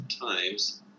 times